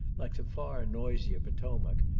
like the far noisier potomac,